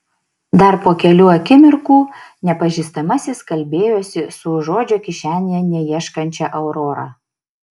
dar po kelių akimirkų nepažįstamasis kalbėjosi su žodžio kišenėje neieškančia aurora